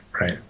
right